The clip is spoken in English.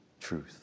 truth